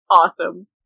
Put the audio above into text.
Awesome